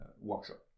workshop